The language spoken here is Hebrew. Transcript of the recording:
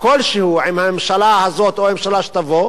כלשהו עם הממשלה הזאת או הממשלה שתבוא,